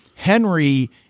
Henry